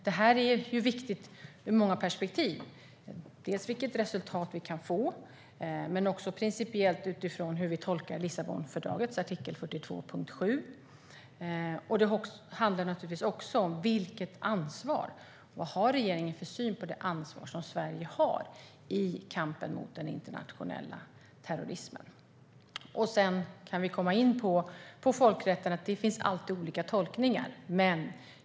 Detta är viktigt ur många perspektiv, dels när det gäller vilket resultat vi kan få, dels principiellt utifrån hur vi tolkar Lissabonfördragets artikel 42.7. Det handlar också om vilken syn regeringen har på det ansvar som Sverige har i kampen mot den internationella terrorismen. Sedan kan vi komma in på folkrätten, där det alltid finns olika tolkningar.